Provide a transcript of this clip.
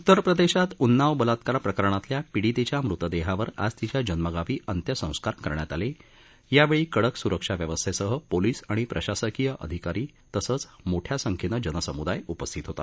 उत्तर प्रदेशात उन्नाव बलात्कार प्रकरणातल्या पिडीतेच्या मृतदेहावर आज तिच्या जन्मगावी अंत्यसंस्कार करण्यात आले यावेळी कडक सुरक्षाव्यवस्थेसह पोलिस आणि प्रशासकीय अधिकारी तसंच मोठया संख्येनं जनसम्दाय उपस्थित होता